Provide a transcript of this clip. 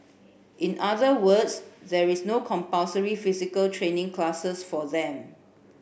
in other words there is no compulsory physical training classes for them